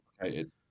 complicated